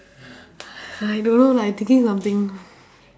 !hais! I don't know lah I thinking something